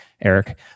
Eric